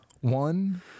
One